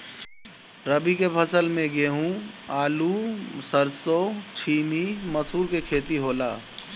रबी के फसल में गेंहू, आलू, सरसों, छीमी, मसूर के खेती होला